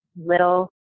little